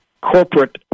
corporate